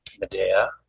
Medea